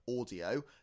audio